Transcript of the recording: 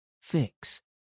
Fix